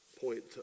point